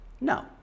No